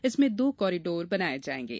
इसमें दो कॉरिडोर बनाये जाएंगे